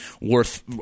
worth